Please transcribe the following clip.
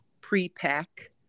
pre-pack